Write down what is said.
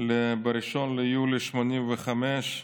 ביולי 1985,